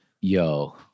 Yo